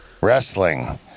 Wrestling